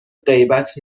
غیبت